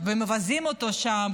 ומבזים אותו שם,